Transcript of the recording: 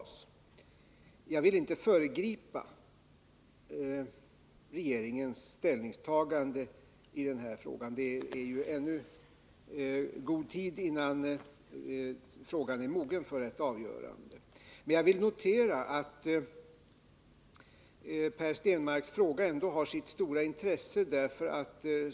Jag vill inte föregripa regeringens ställningstagande i den här frågan. Det är ju ännu god tid innan frågan är mogen för ett avgörande. Jag vill dock notera att Per Stenmarcks fråga har sitt stora intresse.